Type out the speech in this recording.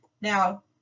Now